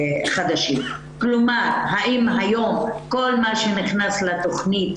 כלומר האם היום כל מה שנכנס לתכנית,